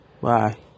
Bye